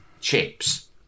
chips